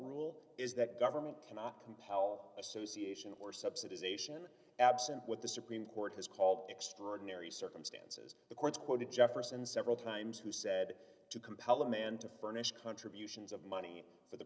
rule is that government cannot compel association or subsidization absent what the supreme court has called extraordinary circumstances the courts quoted jefferson several times who said to compel a man to furnish contributions of money for the